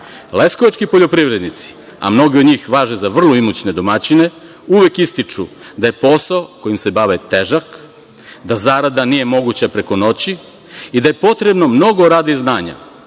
svima. Leskovački poljoprivrednici, a mnogi od njih važe za vrlo imućne domaćine uvek ističu da je posao kojim se bave težak, da zarada nije moguća preko noći i da je potrebno mnogo rada i znanja,